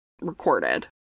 recorded